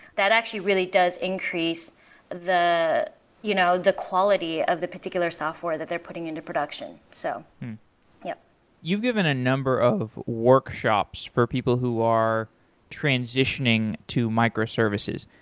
that actually really does increase the you know the quality of the particular software that they're putting into production. so yeah you've given a number of workshops for people who are transitioning to microservices.